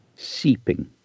Seeping